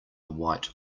white